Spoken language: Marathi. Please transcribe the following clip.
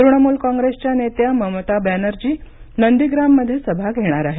तृणमूल कॉप्रेसच्या नेत्या ममता बॅनर्जी या नंदीग्राममध्ये सभा घेणार आहेत